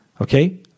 Okay